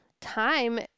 time